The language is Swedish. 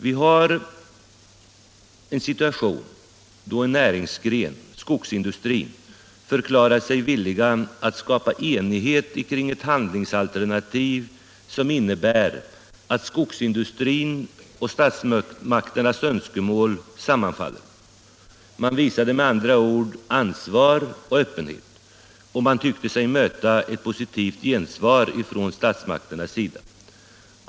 Vi har en situation då en näringsgren, skogsindustrin, förklarat sig villig att skapa enighet kring ett handlingsalternativ som innebär att skogsindustrins och statsmakternas önskemål sammanfaller. Man visade med andra ord ansvar och öppenhet. Och man tyckte sig möta ett positivt gensvar från statsmakternas sida.